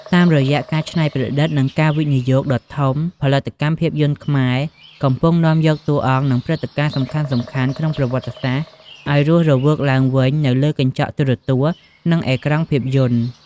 តាមរយៈការច្នៃប្រឌិត និងការវិនិយោគដ៏ធំ ផលិតកម្មភាពយន្តខ្មែរកំពុងនាំយកតួអង្គ និងព្រឹត្តិការណ៍សំខាន់ៗក្នុងប្រវត្តិសាស្ត្រឲ្យរស់រវើកឡើងវិញនៅលើកញ្ចក់ទូរទស្សន៍ និងអេក្រង់ភាពយន្ត។